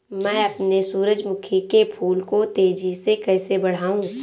मैं अपने सूरजमुखी के फूल को तेजी से कैसे बढाऊं?